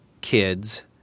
kids